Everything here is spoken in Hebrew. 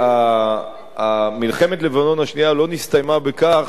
מלחמת לבנון השנייה לא נסתיימה בכך שלנו